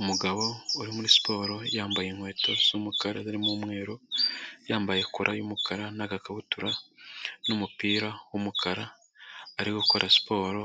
Umugabo uri muri siporo yambaye inkweto z'umukara zirimo umweru, yambaye kora y'umukara n'agakabutura n'umupira w'umukara, ari gukora siporo